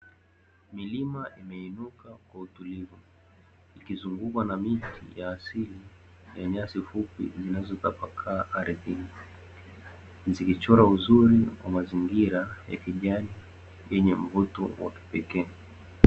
Milima imeinuka kwa utulivu ikizungukwa na miti ya asili ya nyasi fupi zinazotapakaa ardhini. Zikichora uzuri wa mazingira ya kijani yenye mvuto wa kipekee.